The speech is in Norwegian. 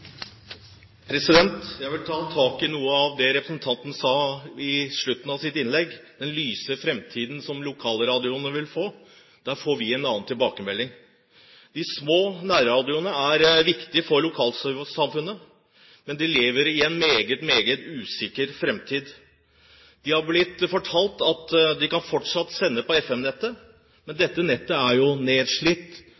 representanten sa på slutten av sitt innlegg: den lyse framtiden som lokalradioene vil få. Der får vi en annen tilbakemelding. De små nærradioene er viktige for lokalsamfunnet, men de lever i en meget usikker framtid. De har blitt fortalt at de fortsatt kan sende på FM-nettet, men